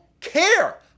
care